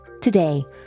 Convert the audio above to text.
Today